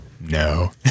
no